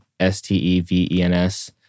S-T-E-V-E-N-S